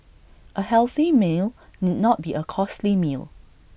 A healthy meal need not be A costly meal